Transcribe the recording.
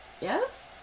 yes